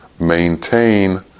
Maintain